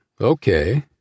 Okay